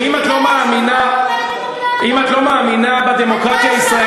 ואתה ממשיך להרוס,